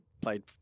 played